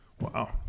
Wow